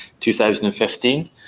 2015